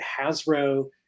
Hasbro